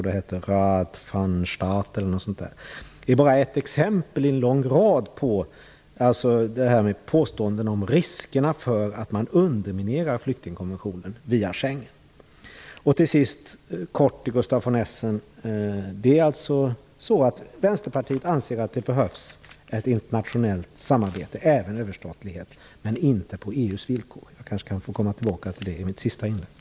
Det är bara ett av en lång rad exempel på påståenden om riskerna för att man underminerar flyktingkonventionen via Schengenavtalet. Till sist kort till Gustaf von Essen: Vänsterpartiet anser att det behövs ett internationellt samarbete, även överstatlighet, men inte på EU:s villkor. Jag kanske kan få återkomma till detta i mitt slutliga inlägg.